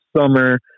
summer